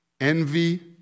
envy